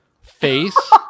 face